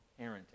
parenting